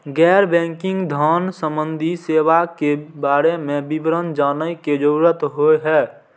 गैर बैंकिंग धान सम्बन्धी सेवा के बारे में विवरण जानय के जरुरत होय हय?